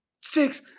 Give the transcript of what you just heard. six